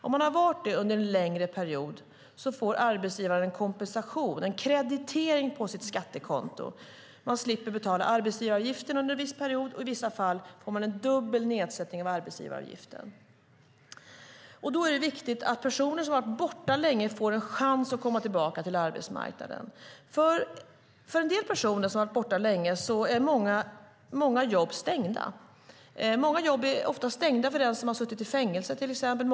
Om man har varit det under en längre period får arbetsgivaren kompensation, en kreditering på sitt skattekonto. Arbetsgivaren slipper att betala arbetsgivaravgift under en viss period, och i vissa fall får arbetsgivaren dubbel nedsättning av arbetsgivaravgiften. Då är det viktigt att personer som har varit borta länge får en chans att komma tillbaka till arbetsmarknaden. För en del personer som har varit borta länge är många jobb stängda. Många jobb är ofta stängda för den som har suttit i fängelse till exempel.